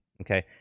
Okay